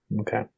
Okay